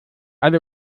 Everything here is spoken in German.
alle